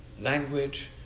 language